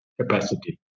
capacity